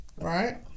right